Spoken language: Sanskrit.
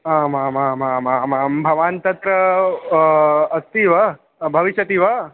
आमामामामामां भवान् तत्र अस्ति वा भविष्यति वा